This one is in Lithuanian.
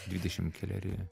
dvidešim keleri